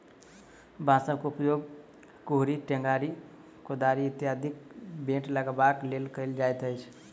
बाँसक उपयोग कुड़हड़ि, टेंगारी, कोदारि इत्यादिक बेंट लगयबाक लेल कयल जाइत अछि